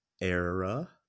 Era